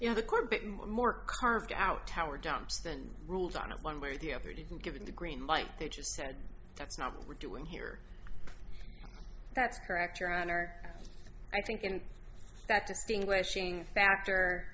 you know the core bit more carved out tower dumps than ruled on it one way or the other didn't given the green light they just said that's not what we're doing here that's correct your honor i think in that distinguishing factor